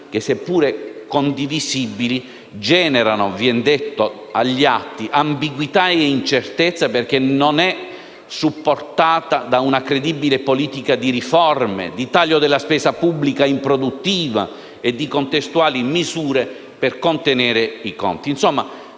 che, seppure condivisibile, genera - viene detto - nei fatti ambiguità e incertezza, perché non è supportata da una credibile politica di riforme, di taglio della spesa pubblica improduttiva e di contestuali misure per contenere i conti.